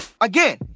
Again